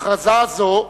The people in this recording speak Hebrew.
הכרזה זו,